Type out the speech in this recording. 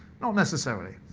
not necessarily,